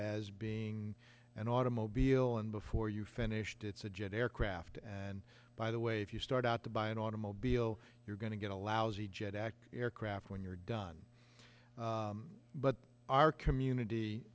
as being an automobile and before you finished it's a jet aircraft and by the way if you start out to buy an automobile you're going to get a lousy jet act aircraft when you're done but our community